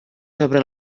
sobre